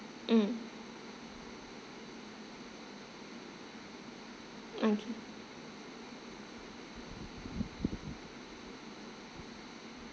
mm okay